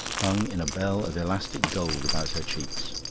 hung in a bell of elastic gold about her cheeks.